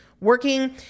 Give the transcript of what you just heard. working